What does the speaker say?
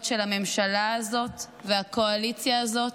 של הממשלה הזאת והקואליציה הזאת,